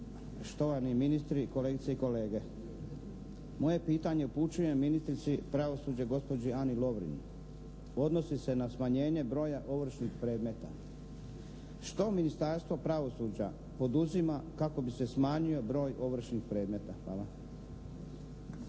štovani ministri, kolegice i kolege. Moje pitanje upućujem ministrici pravosuđa gospođi Ani Lovrin. Odnosi se na smanjenje broja ovršnih predmeta. Što Ministarstvo pravosuđa poduzima kako bi se smanjio broj ovršnih predmeta? Hvala.